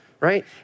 right